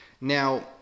Now